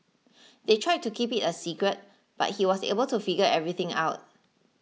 they tried to keep it a secret but he was able to figure everything out